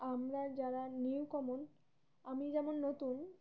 আমরা যারা newcomer আমি যেমন নতুন